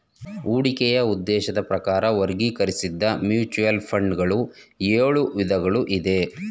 ಹೂಡಿಕೆಯ ಉದ್ದೇಶದ ಪ್ರಕಾರ ವರ್ಗೀಕರಿಸಿದ್ದ ಮ್ಯೂಚುವಲ್ ಫಂಡ್ ಗಳು ಎಳು ವಿಧಗಳು ಇದೆ